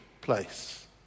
place